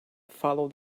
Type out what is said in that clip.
follow